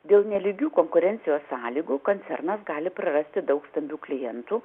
dėl nelygių konkurencijos sąlygų koncernas gali prarasti daug stambių klientų